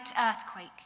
earthquake